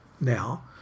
now